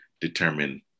determine